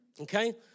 okay